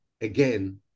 again